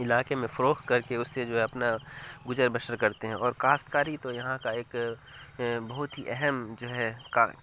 علاقے میں فروخت کر کے اس سے جو ہے اپنا گزر بسر کرتے ہیں اور کاشتکاری تو یہاں کا ایک بہت ہی اہم جو ہے کا